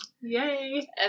Yay